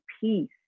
peace